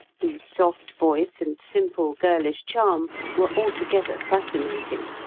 whose soft voice and simple girlish charm were altogether fascinating,